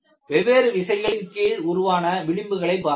வெவ்வேறு விசைகளின் கீழ் உருவான விளிம்புகளை பாருங்கள்